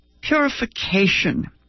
purification